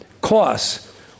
costs